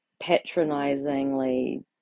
patronizingly